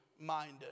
minded